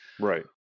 Right